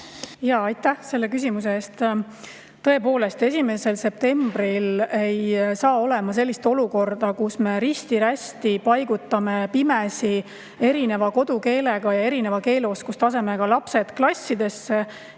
Aitäh selle küsimuse eest! Tõepoolest, 1. septembril ei saa olema sellist olukorda, kus me risti-rästi paigutame pimesi erineva kodukeelega ja erineva [eesti] keele oskusega lapsed klassidesse